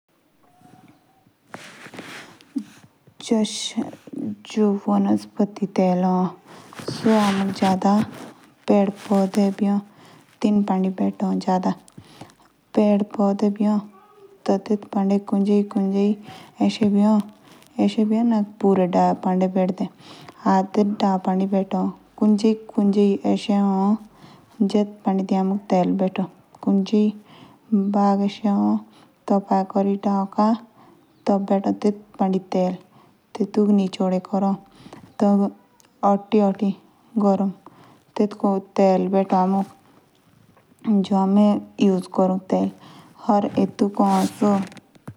जश जो वनस्पति तेल ह। टी टेंडो अलग अलग पारकर की पेड पोधे ए। जो पेड एच तो सारे पेड पांडे भी बेथिना। तेल कुंजे पंडी बेथो बीएसएस।